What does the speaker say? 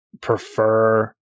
prefer